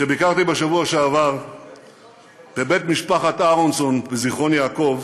כשביקרתי בשבוע שעבר בבית משפחת אהרונסון בזיכרון יעקב,